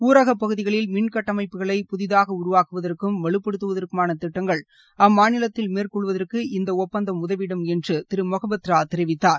ஊரகப் புதிதாக உருவாக்குவதற்கும் வலுப்படுத்துவதற்குமான திட்டங்கள் அம்மாநிலத்தில் மேற்கொள்வதற்கு இந்த ஒப்பந்தம் உதவிடும் என்றும் திரு மொகாபத்ரா தெரிவித்தார்